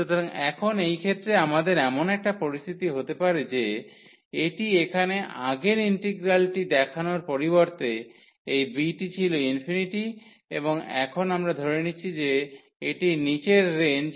সুতরাং এখন এই ক্ষেত্রে আমাদের এমন একটা পরিস্থিতি হতে পারে যে এটি এখানে আগের ইন্টিগ্রালটি দেখানোর পরিবর্তে এই b টি ছিল ∞ এবং এখন আমরা ধরে নিচ্ছি যে এটি নিচের রেঞ্জ ∞